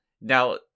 Now